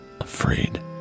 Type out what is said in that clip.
afraid